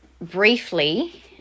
briefly